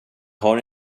har